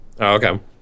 Okay